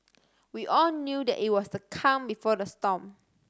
we all knew that it was the calm before the storm